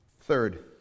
Third